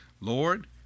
Lord